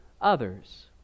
others